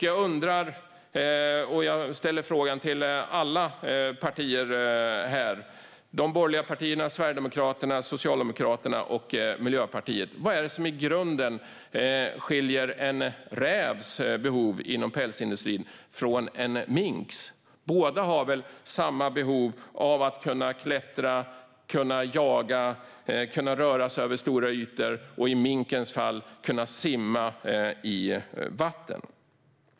Jag undrar, och jag ställer frågan till alla partier här - de borgerliga, Sverigedemokraterna, Socialdemokraterna och Miljöpartiet: Vad är det som i grunden skiljer en rävs behov inom pälsindustrin från en minks? Båda har väl samma behov av att kunna klättra, jaga och röra sig över stora ytor och i minkens fall kunna simma i vatten.